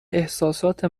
احساسات